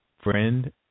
friend